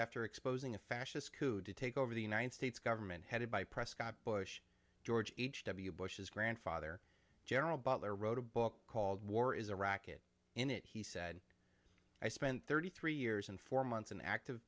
after exposing a fascist coup to take over the united states government headed by prescott bush george h w bush's grandfather general butler wrote a book called war is a racket in it he said i spent thirty three years and four months in active